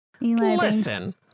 Listen